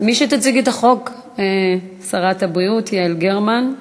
מי שתציג את החוק, שרת הבריאות יעל גרמן.